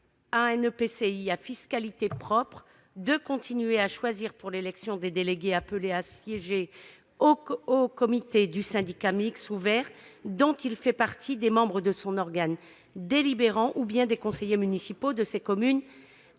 à un EPCI à fiscalité propre de continuer à choisir, pour l'élection des délégués appelés à siéger au comité du syndicat mixte ouvert dont il fait partie, des membres de son organe délibérant ou bien des conseillers municipaux de ses communes